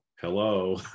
hello